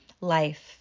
life